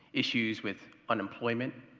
issues with unemployment,